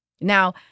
Now